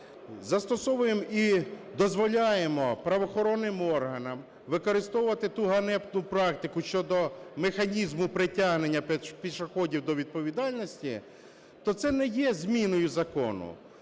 застосовуємо і дозволяємо правоохоронним органам використовувати ту ганебну практику щодо механізму притягнення пішоходів до відповідальності. То це не є зміною закону,